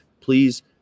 Please